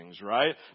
Right